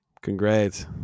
Congrats